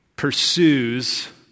Pursues